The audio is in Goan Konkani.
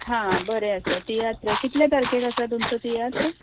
हां बरें आसा तियात्र कितल्या तारकेक आसा तुमचें तियात्र